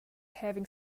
having